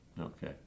Okay